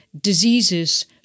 diseases